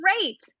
great